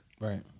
Right